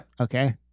Okay